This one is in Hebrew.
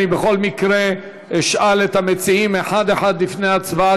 אני בכל מקרה אשאל את המציעים אחד-אחד לפני ההצבעה,